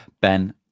ben